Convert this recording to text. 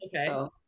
okay